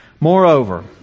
Moreover